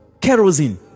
kerosene